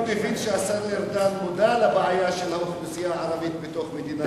אני מבין שהשר ארדן מודע לבעיה של האוכלוסייה הערבית בתוך מדינת ישראל.